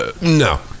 No